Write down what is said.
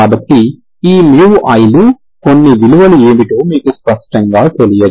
కాబట్టి ఈ iలు కొన్ని విలువలు ఏమిటో మీకు స్పష్టంగా తెలియదు